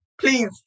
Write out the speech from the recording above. Please